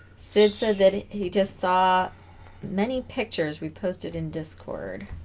sister that he just saw many pictures we posted in discord